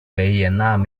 维也纳